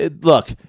look